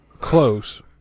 close